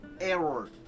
error